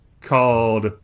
called